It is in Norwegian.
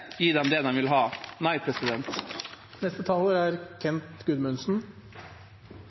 gi dem det de vil ha? Nei. Det er